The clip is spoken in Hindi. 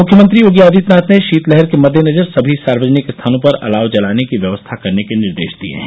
मुख्यमंत्री योगी आदित्यनाथ ने शीतलहर के मद्देनजर सभी सार्वजनिक स्थानों पर अलाव जलाने की व्यवस्था करने के निर्देश दिये हैं